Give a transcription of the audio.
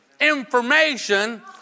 information